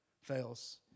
fails